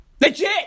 Legit